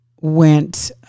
went